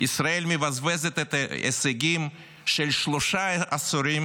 ישראל מבזבזת את ההישגים של שלושה עשורים